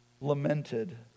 lamented